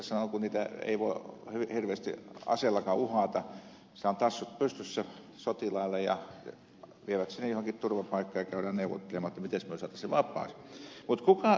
kun niitä ei voi hyvin hirveästi aseellakaan uhata siellä on tassut pystyssä sotilailla ja ne vievät ne johonkin turvapaikkaan ja käydään neuvottelemaan miten me saisimme ne vapaaksi